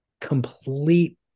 complete